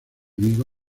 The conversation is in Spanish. vigo